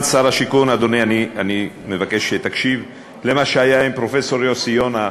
אני מבקש שתקשיב, למה שהיה עם פרופסור יוסי יונה.